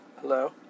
Hello